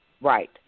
Right